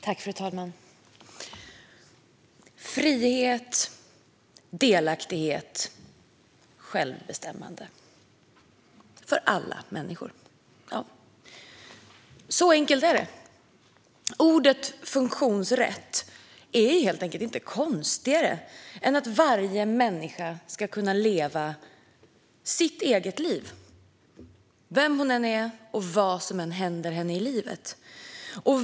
Fru talman! Frihet, delaktighet och självbestämmande för alla människor - så enkelt är det. Ordet funktionsrätt är helt enkelt inte konstigare än att varje människa ska kunna leva sitt eget liv, vem hon än är och vad som än händer henne i livet.